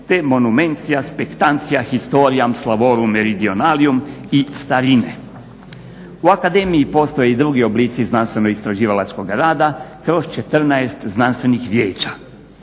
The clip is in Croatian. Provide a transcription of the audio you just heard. te monumenta spectantia historiam slavorum meridionalium i starine. U akademiji postoje i drugi oblici znanstveno-istraživačkog rada kroz 14 znanstvenih vijeća.